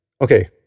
okay